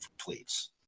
please